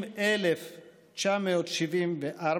20,974,